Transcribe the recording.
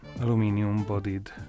aluminium-bodied